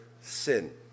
sin